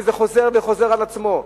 וזה חוזר על עצמו.